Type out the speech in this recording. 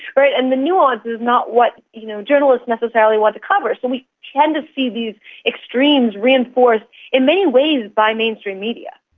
and the nuance is not what you know journalists necessarily want to cover. so and we tend to see these extremes reinforced in many ways by mainstream media.